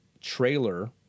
trailer